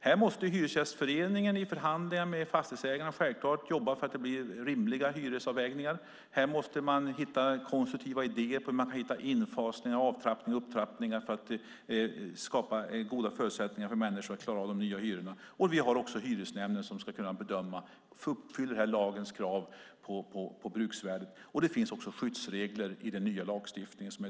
Här måste Hyresgästföreningen i förhandlingar med fastighetsägarna jobba för att det blir rimliga hyresavvägningar. Här måste man hitta konstruktiva idéer för infasning, avtrappning och upptrappning för att skapa goda förutsättningar för människor att klara de nya hyrorna. Vi har också hyresnämnderna som ska kunna bedöma om det uppfyller lagens krav på bruksvärde. Det finns också tydliga skyddsregler i den nya lagstiftningen.